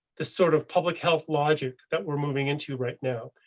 this sort of public health logic that we're moving into right now.